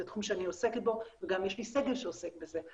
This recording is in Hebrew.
זה תחום שאני עוסקת בו ויש לי סגל שעוסק בזה,